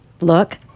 look